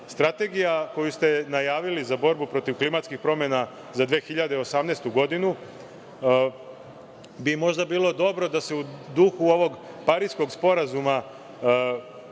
način. Strategija koju ste najavili za borbu protiv klimatskih promena za 2018. godinu, bi možda bilo dobro da se u duhu ovog Pariskog sporazuma